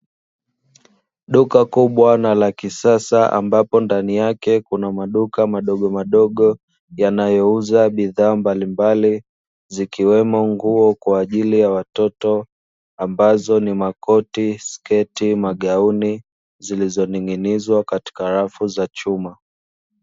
Duka kubwa na la kisasa, ambapo ndani yake kuna maduka madogomadogo yanayouza bidhaa mbalimbali, zikiwemo nguo kwa ajili ya watoto, ambazo ni makoti, sketi, magauni, zilizoning'inizwa katika rafu za chuma.